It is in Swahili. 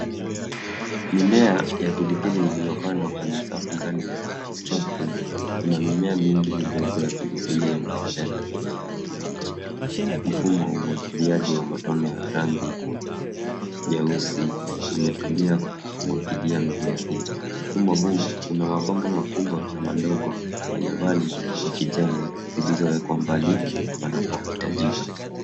Mimea ya pilipili iliyopandwa kwenye safu ndani ya chafu ina mimea mingi midogo ya pilipili yenye majani ya kijani kibichi. Mfumo wa umwagiliaji wa matone wa rangi nyeusi imetulia kumwagilia mimea hii. Mfumo huu una mabomba makubwa na madogo yenye vali za kijani zilizowekwa mbali panapohitajika.